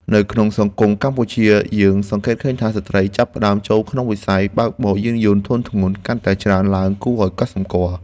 នៅក្នុងសង្គមកម្ពុជាយើងសង្កេតឃើញថា ស្ត្រីចាប់ផ្តើមចូលក្នុងវិស័យបើកបរយានយន្តធុនធ្ងន់កាន់តែច្រើនឡើងគួរឱ្យកត់សម្គាល់។